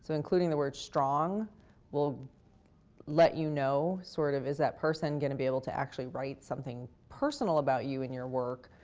so including the word strong will let you know, sort of, is that person going to be able to actually write something personal about you and your work,